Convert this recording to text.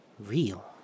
real